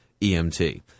EMT